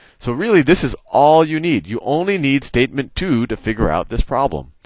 so really, this is all you need. you only need statement two to figure out this problem.